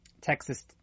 Texas